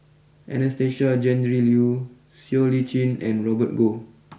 Anastasia Tjendri Liew Siow Lee Chin and Robert Goh